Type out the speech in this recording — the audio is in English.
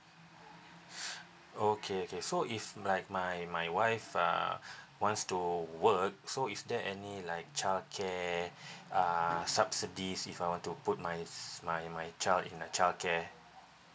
okay okay so if like my my wife uh want to work so is there any like childcare uh subsidies if I want to put my my my child in a childcare